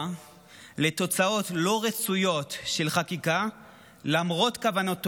לתוצאות לא רצויות של חקיקה למרות כוונות טובות.